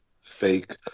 fake